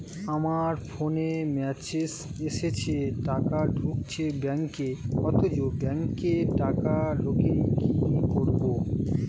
আমার ফোনে মেসেজ এসেছে টাকা ঢুকেছে ব্যাঙ্কে অথচ ব্যাংকে টাকা ঢোকেনি কি করবো?